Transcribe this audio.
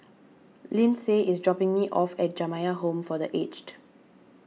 Lyndsay is dropping me off at Jamiyah Home for the Aged